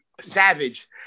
savage